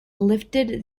lifted